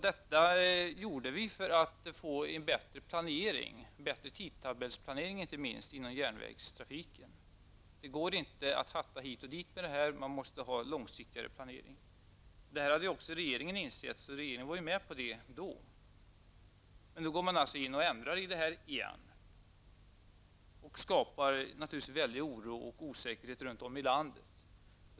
Detta gjorde vi för att få en bättre planering, en bättre tidtabellsplanering inte minst inom järnvägstrafiken. Det går inte att hatta hit och dit, utan man måste ha en framtidsplanering. Då hade regeringen också insett det. Nu går man alltså in och ändrar och skapar naturligtvis väldigt mycket oro och osäkerhet runt om i landet.